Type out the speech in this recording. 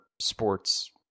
sports